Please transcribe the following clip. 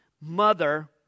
mother